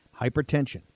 hypertension